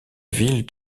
ville